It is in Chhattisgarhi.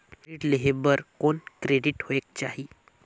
ऋण लेहे बर कौन क्रेडिट होयक चाही?